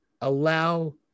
allow